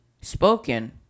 spoken